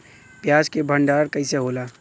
प्याज के भंडारन कइसे होला?